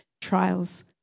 trials